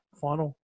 final